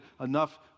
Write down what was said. enough